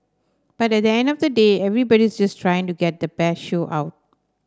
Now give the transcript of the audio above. but at the end of the day everybody's just trying to get the best show out